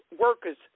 workers